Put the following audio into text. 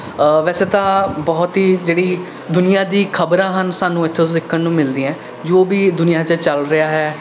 ਵੈਸੇ ਤਾਂ ਬਹੁਤ ਹੀ ਜਿਹੜੀ ਦੁਨੀਆਂ ਦੀ ਖ਼ਬਰਾਂ ਹਨ ਸਾਨੂੰ ਇੱਥੋਂ ਸਿੱਖਣ ਨੂੰ ਮਿਲਦੀਆਂ ਹੈ ਜੋ ਵੀ ਦੁਨੀਆਂ 'ਚ ਚੱਲ ਰਿਹਾ ਹੈ